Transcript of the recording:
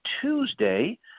Tuesday